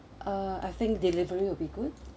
uh I think delivery will be good